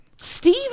Steve